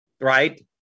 right